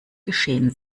geschehen